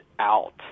out